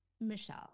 Michelle